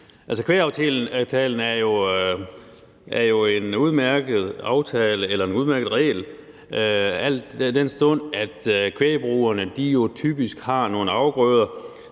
Kvægaftalen er jo en udmærket regel, al den stund at kvægbrugerne typisk har nogle afgrøder.